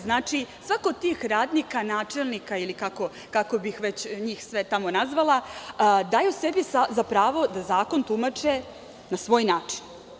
Znači, svako od tih radnika, načelnika, ili kako bih već njih sve tamo nazvala, daju sebi za pravo da zakon tumače na svoj način.